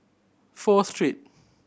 Pho Street